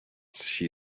she